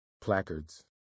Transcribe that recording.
placards